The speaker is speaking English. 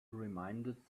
reminded